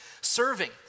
Serving